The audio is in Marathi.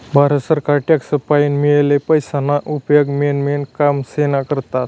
भारत सरकार टॅक्स पाईन मियेल पैसाना उपेग मेन मेन कामेस्ना करता करस